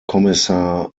kommissar